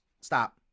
Stop